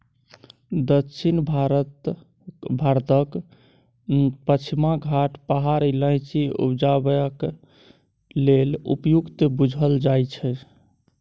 दक्षिण भारतक पछिमा घाट पहाड़ इलाइचीं उपजेबाक लेल उपयुक्त बुझल जाइ छै